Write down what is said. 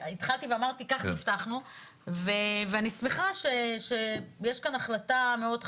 אני שמחה שיש כאן החלטה מאוד חכמה,